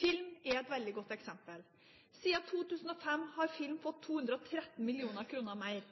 Film er et veldig godt eksempel. Siden 2005 har film fått 213 mill. kr mer.